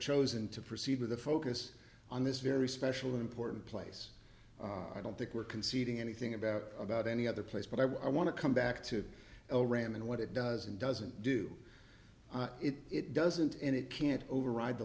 chosen to proceed with a focus on this very special important place i don't think we're conceding anything about about any other place but i want to come back to el ram and what it does and doesn't do it doesn't and it can't override the